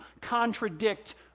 contradict